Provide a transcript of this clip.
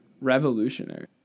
revolutionary